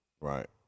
Right